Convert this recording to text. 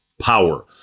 power